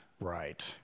Right